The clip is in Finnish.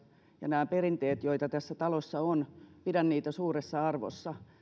ja näitä perinteitä joita tässä talossa on pidän suuressa arvossa